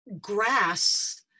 grass